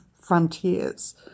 frontiers